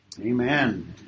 Amen